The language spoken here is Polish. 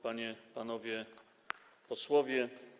Panie, Panowie Posłowie!